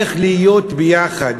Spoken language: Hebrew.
איך להיות ביחד,